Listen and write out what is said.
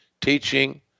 teaching